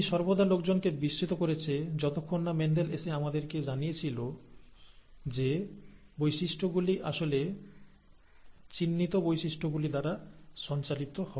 এটি সর্বদা লোকজনকে বিস্মিত করেছে যতক্ষণ না মেন্ডেল এসে আমাদেরকে জানিয়েছিল যে বৈশিষ্টগুলি আসলে চিহ্নিত বৈশিষ্ট্যগুলি দ্বারা সঞ্চালিত হয়